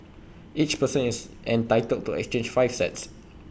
each person is entitled to exchange five sets